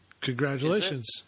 Congratulations